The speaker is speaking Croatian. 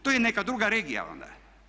To je neka druga regija onda.